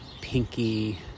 pinky